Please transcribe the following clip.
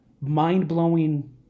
mind-blowing